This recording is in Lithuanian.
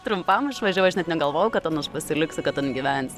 trumpam išvažiavau aš net negalvojau kad ten aš pasiliksiu ten gyvens